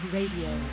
Radio